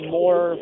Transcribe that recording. more